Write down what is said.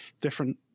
different